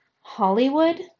Hollywood